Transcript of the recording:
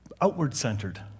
outward-centered